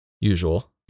usual